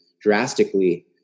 drastically